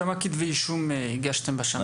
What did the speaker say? כמה כתבי אישום הגשתם בשנה האחרונה?